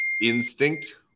instinct